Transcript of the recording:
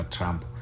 Trump